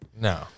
No